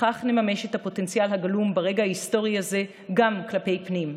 בכך נממש את הפוטנציאל הגלום ברגע ההיסטורי הזה גם כלפי פנים: